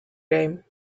game